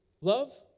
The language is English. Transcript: Love